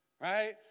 right